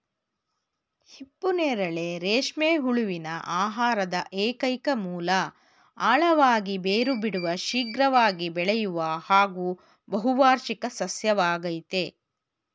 ಹಿಪ್ಪುನೇರಳೆ ರೇಷ್ಮೆ ಹುಳುವಿನ ಆಹಾರದ ಏಕೈಕ ಮೂಲ ಆಳವಾಗಿ ಬೇರು ಬಿಡುವ ಶೀಘ್ರವಾಗಿ ಬೆಳೆಯುವ ಹಾಗೂ ಬಹುವಾರ್ಷಿಕ ಸಸ್ಯವಾಗಯ್ತೆ